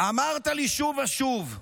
"אמרת לי שוב ושוב: